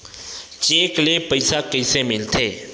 Cheque ले पईसा कइसे मिलथे?